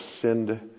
sinned